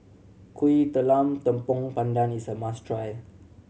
Kuih Talam Tepong Pandan is a must try